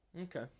Okay